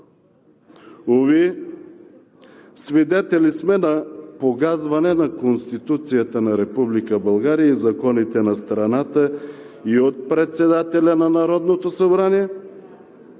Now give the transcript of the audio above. Уви, свидетели сме на погазване на Конституцията на Република България и законите на страната и от председателя на Народното събрание,